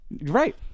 Right